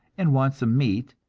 and want some meat.